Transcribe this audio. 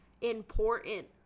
important